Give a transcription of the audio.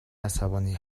عصبی